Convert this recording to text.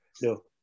No